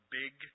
big